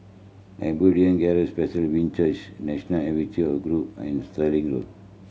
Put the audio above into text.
Abundant Grace Presbyterian Church National Archiven group and Stirling Road